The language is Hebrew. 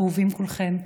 אהובים כולכם,